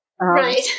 Right